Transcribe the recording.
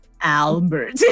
Albert